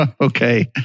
Okay